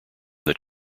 that